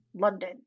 London